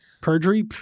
Perjury